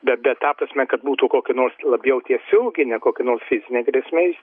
bet bet ta prasme kad būtų kokia nors labiau tiesioginė kokia nors fizinė grėsmė